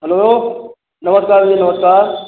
hello नमस्कार जी नमस्कार